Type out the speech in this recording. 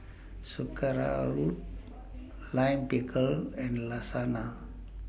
Sauerkraut Lime Pickle and Lasagna